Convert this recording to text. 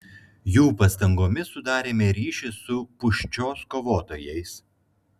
jų pastangomis sudarėme ryšį su pūščios kovotojais